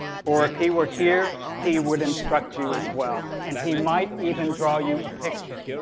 or if he were here, he would instruct you as well, and he might even draw you a picture.